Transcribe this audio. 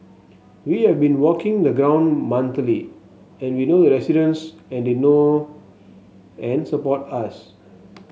we have been walking the ground monthly and we know the residents and they know and support us